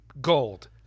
Gold